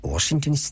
Washington